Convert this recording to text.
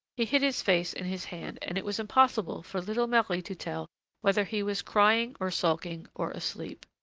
he hid his face in his hands and it was impossible for little marie to tell whether he was crying or sulking or asleep.